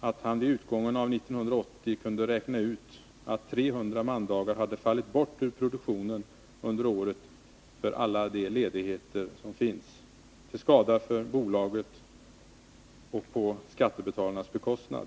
att han vid utgången av 1980 kunde räkna ut att 300 mandagar hade fallit bort ur produktionen under året för alla de ledigheter som finns — till skada för bolaget och på skattebetalarnas bekostnad.